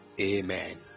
Amen